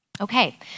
Okay